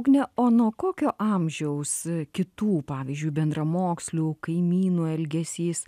ugne o nuo kokio amžiaus kitų pavyzdžiui bendramokslių kaimynų elgesys